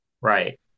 Right